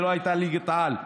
ולא הייתה ליגת-על.